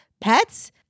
pets